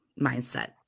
mindset